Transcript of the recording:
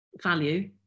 value